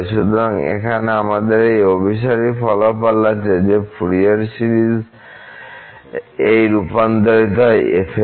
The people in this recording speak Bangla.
সুতরাং এখানে আমাদের এই অভিসারী ফলাফল আছে যে ফুরিয়ার সিরিজ এই রূপান্তরিত হয় f এ